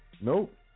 Nope